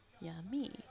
Yummy